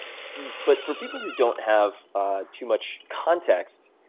but for people who don't have ah too much context,